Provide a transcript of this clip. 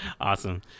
awesome